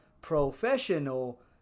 professional